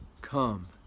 come